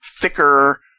thicker